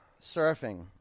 surfing